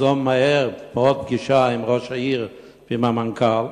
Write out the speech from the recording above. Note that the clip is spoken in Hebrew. ייזום מהר עוד פגישה עם ראש העיר ועם המנכ"ל,